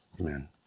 amen